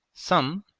some,